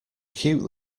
cute